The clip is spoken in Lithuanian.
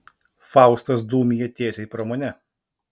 faustas dūmija tiesiai pro mane